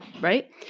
right